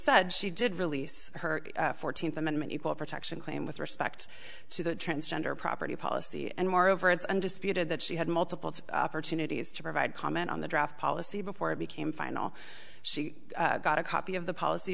said she did release her fourteenth amendment equal protection claim with respect to the transgender property policy and moreover it's undisputed that she had multiple opportunities to provide comment on the draft policy before it became final she got a copy of the policy